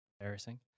Embarrassing